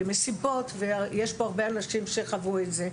מסיבות ויש פה הרבה אנשים שחוו את זה,